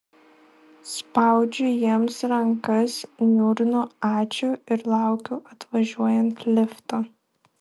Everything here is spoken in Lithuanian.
spaudžiu jiems rankas niurnu ačiū ir laukiu atvažiuojant lifto